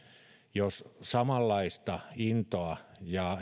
jos samanlaista intoa ja